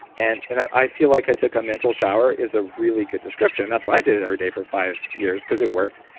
and and i feel like i took a mental shower is a really good description, and that's why i did it every day for five years because it worked.